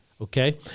okay